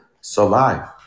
survive